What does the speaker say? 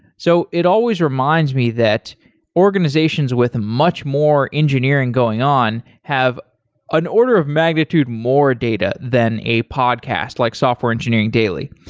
so it always reminds me that organizations with much more engineering going on have an order of magnitude, more data than a podcast like software engineering daily.